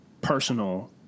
personal